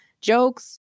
jokes